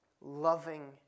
loving